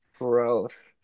gross